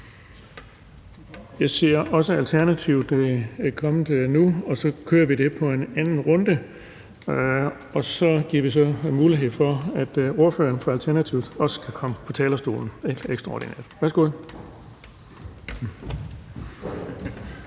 Jeg ser, at Alternativet er kommet nu, så vi tager en anden runde og giver mulighed for, at ordføreren for Alternativet også kan komme på talerstolen. Værsgo.